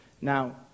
Now